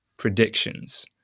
predictions